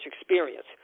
experience